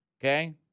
Okay